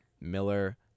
Miller